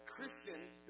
Christians